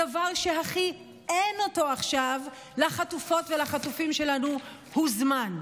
הדבר שהכי אין אותו עכשיו לחטופות ולחטופים שלנו הוא זמן.